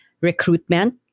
recruitment